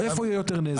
איפה יהיה יותר נזק.